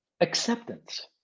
Acceptance